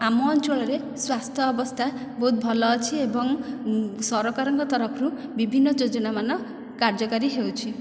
ଆମ ଅଞ୍ଚଳରେ ସ୍ୱାସ୍ଥ୍ୟ ଅବସ୍ଥା ବହୁତ ଭଲ ଅଛି ଏବଂ ସରକାରଙ୍କ ତରଫରୁ ବିଭିନ୍ନ ଯୋଜନାମାନ କାର୍ଯ୍ୟକାରୀ ହେଉଛି